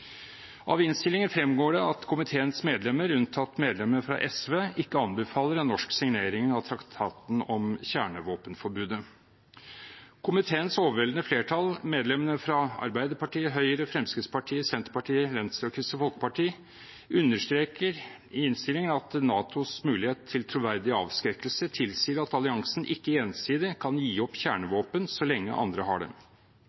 Av innstillingen fremgår det at komiteens medlemmer, unntatt medlemmet fra SV, ikke anbefaler en norsk signering av traktaten om kjernevåpenforbudet. Komiteens overveldende flertall, medlemmene fra Arbeiderpartiet, Høyre, Fremskrittspartiet, Senterpartiet, Venstre og Kristelig Folkeparti, understreker i innstillingen at NATOs mulighet til troverdig avskrekkelse tilsier at alliansen ikke ensidig kan gi opp